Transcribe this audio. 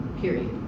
period